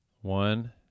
one